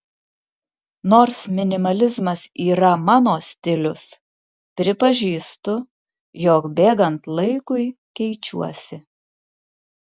nors minimalizmas yra mano stilius pripažįstu jog bėgant laikui keičiuosi